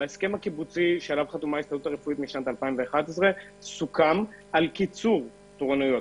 בהסכם הקיבוצי מ-2011 סוכם על קיצור תורנויות